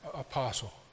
apostle